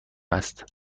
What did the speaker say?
است